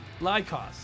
Lycos